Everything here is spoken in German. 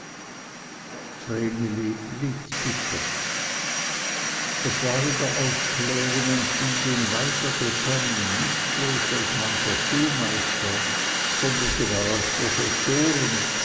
bitter es war in der aufklärung und bildung weiter gekommen nicht bloß als mancher schulmeister sondern sogar als professoren